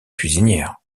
cuisinière